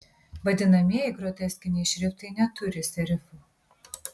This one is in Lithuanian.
vadinamieji groteskiniai šriftai neturi serifų